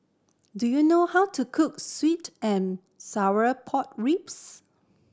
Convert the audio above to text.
do you know how to cook sweet and sour pork ribs